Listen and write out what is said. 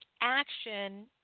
action